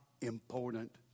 important